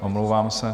Omlouvám se.